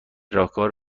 راهکار